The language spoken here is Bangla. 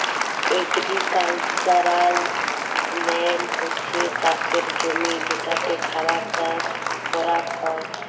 এগ্রিক্যালচারাল ল্যান্ড হছ্যে চাসের জমি যেটাতে খাবার চাস করাক হ্যয়